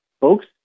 folks